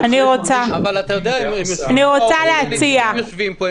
--- אבל אתה יודע ההורים יושבים פה,